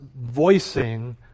voicing